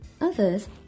Others